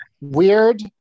weird